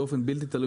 באופן בלתי תלוי,